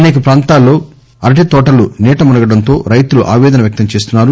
అసేక ప్రాంతాల్లో అరటి తోటలు నీటమునగడంతో రైతులు ఆపేదన వ్యక్తం చేస్తున్నారు